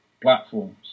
platforms